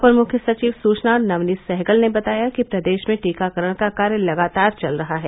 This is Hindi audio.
अपर मुख्य सचिव सूचना नवनीत सहगल ने बताया कि प्रदेश में टीकाकरण का कार्य लगातार चल रहा है